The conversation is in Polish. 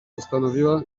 postanowiła